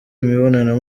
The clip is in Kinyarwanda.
imibonano